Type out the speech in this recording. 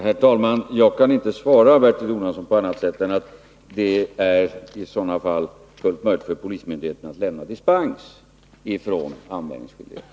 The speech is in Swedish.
Herr talman! Jag kan inte svara Bertil Jonasson på annat sätt än att framhålla att det i sådana fall är fullt möjligt för polismyndigheten att lämna dispens från anmälningsskyldigheten.